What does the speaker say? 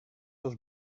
was